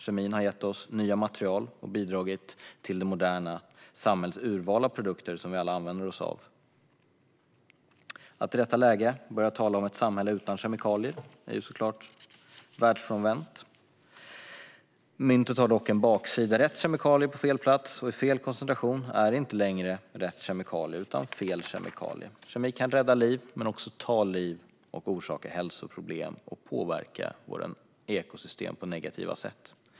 Kemin har gett oss nya material och bidragit till det moderna samhällets urval av produkter som vi alla använder oss av. Att i detta läge börja tala om ett samhälle utan kemikalier är världsfrånvänt. Myntet har dock en baksida. Rätt kemikalie på fel plats och i fel koncentration är inte längre rätt kemikalie, utan fel kemikalie. Kemi kan rädda liv men också ta liv, orsaka hälsoproblem och påverka våra ekosystem på negativa sätt.